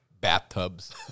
bathtubs